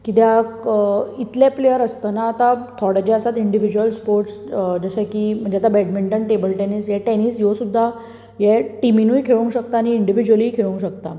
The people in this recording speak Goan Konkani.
किद्याक इतले प्लेयर्स आसतना आतां थोडे जे आसा इंडिव्यूजल स्पोर्टस जशे की म्हणजे आतां बेडमीन्टन टेबल टेनीस ह्यो सुद्दां हे टिमीनी सुद्दां खेळू शकता आनी इंडिव्यूजली खेळूंक शकता